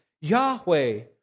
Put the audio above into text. Yahweh